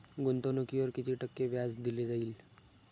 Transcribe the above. गुंतवणुकीवर किती टक्के व्याज दिले जाईल?